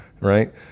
Right